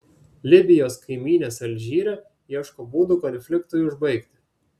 libijos kaimynės alžyre ieško būdų konfliktui užbaigti